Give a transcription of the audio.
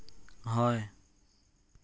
হয়